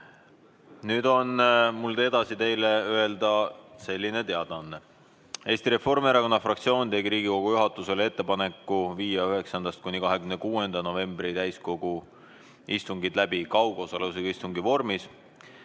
Nüüd on mul teile edasi öelda selline teadaanne. Eesti Reformierakonna fraktsioon tegi Riigikogu juhatusele ettepaneku viia 9.–26. novembri täiskogu istungid läbi kaugosalusega istungi vormis.